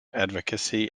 advocacy